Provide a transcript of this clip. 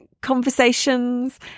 conversations